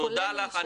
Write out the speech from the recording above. תודה לך.